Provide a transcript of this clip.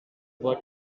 what